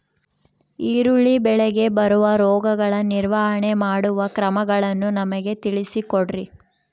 ಈರುಳ್ಳಿ ಬೆಳೆಗೆ ಬರುವ ರೋಗಗಳ ನಿರ್ವಹಣೆ ಮಾಡುವ ಕ್ರಮಗಳನ್ನು ನಮಗೆ ತಿಳಿಸಿ ಕೊಡ್ರಿ?